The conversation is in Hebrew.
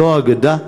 לא אגדה,